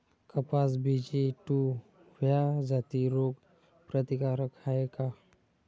कपास BG two ह्या जाती रोग प्रतिकारक हाये का?